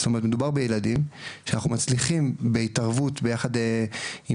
מדובר בילדים שאנחנו מצליחים בהתערבות ביחד עם